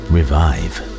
Revive